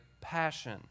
passion